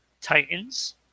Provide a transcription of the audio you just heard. Titans